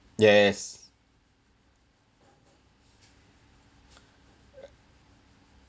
yes